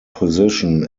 position